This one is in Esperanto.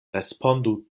respondu